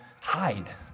hide